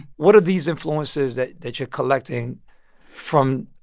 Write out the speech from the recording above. what are these influences that that you're collecting from,